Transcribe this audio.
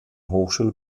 hochschule